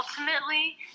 ultimately